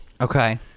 Okay